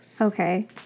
Okay